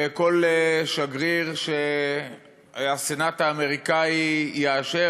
וכל שגריר שהסנאט האמריקני יאשר,